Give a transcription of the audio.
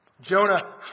Jonah